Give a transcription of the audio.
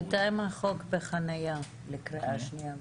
בינתיים החוק בחנייה לקריאה שנייה ושלישית.